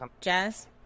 Jazz